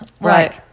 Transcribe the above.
Right